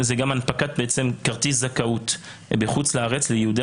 זה גם הנפקת כרטיס זכאות בחול לארץ ליהודי